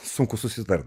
sunku susitart